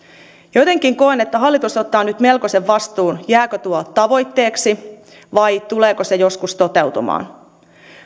jotenkin koen että hallitus ottaa nyt melkoisen vastuun siitä jääkö tuo tavoitteeksi vai tuleeko se joskus toteutumaan